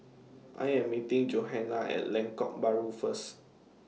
I Am meeting Johana At Lengkok Bahru First